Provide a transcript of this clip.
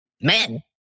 Men